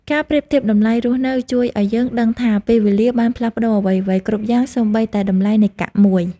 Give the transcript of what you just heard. ការប្រៀបធៀបតម្លៃរស់នៅជួយឱ្យយើងដឹងថាពេលវេលាបានផ្លាស់ប្ដូរអ្វីៗគ្រប់យ៉ាងសូម្បីតែតម្លៃនៃកាក់មួយ។